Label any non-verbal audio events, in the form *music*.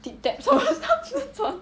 tip taps *laughs*